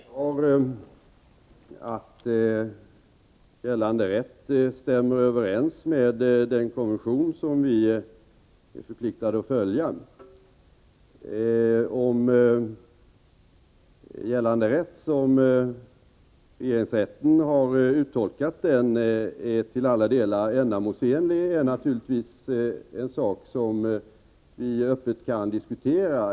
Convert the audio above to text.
Herr talman! Jag konstaterade i mitt svar att gällande rätt stämmer överens med den konvention som vi är förpliktade att följa. Om gällande rätt, som regeringsrätten har uttolkat den, är till alla delar ändamålsenlig är naturligtvis en sak som vi öppet kan diskutera.